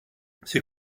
c’est